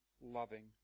loving